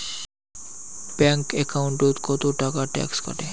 Bank একাউন্টত কতো টাকা ট্যাক্স কাটে?